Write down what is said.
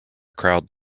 crowd